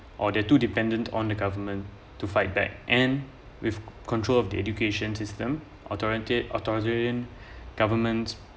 or they too dependent on the government to fight back and with control of the education system authoritate~ authoritarian governments